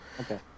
Okay